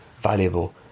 valuable